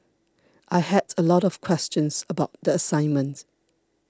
I had a lot of questions about the assignment